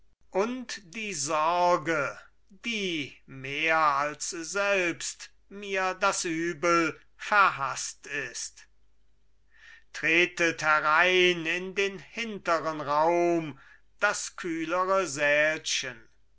und die sorge die mehr als selbst mir das übel verhaßt ist tretet herein in den hinteren raum das kühlere sälchen